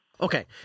Okay